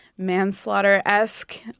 manslaughter-esque